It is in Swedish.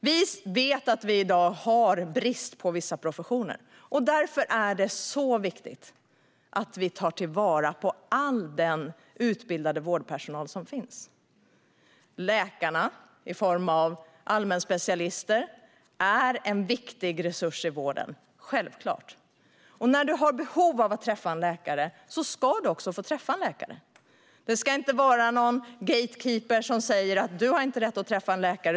Vi vet att vi i dag har brist inom vissa professioner. Därför är det så viktigt att vi tar vara på all den utbildade vårdpersonal som finns. Läkarna i form av allmänspecialister är en viktig resurs i vården, självklart, och när du har behov av att träffa en läkare ska du också få träffa en läkare. Det ska inte vara någon gatekeeper som säger: Du har inte rätt att träffa en läkare.